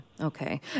Okay